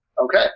Okay